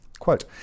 Quote